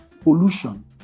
Pollution